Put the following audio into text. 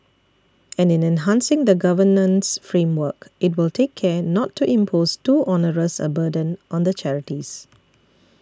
and in enhancing the governance framework it will take care not to impose too onerous a burden on the charities